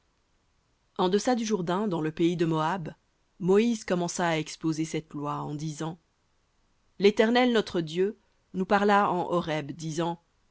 en deçà du jourdain dans le pays de moab moïse commença à exposer cette loi en disant léternel notre dieu nous parla en horeb